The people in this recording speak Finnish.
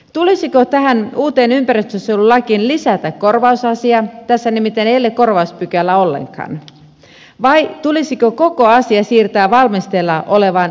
tulisiko tähän uuteen ympäristönsuojelulakiin lisätä korvausasia tässä nimittäin ei ole korvauspykälää ollenkaan vai tulisiko koko asia siirtää valmisteilla olevaan luonnonsuojelulakiin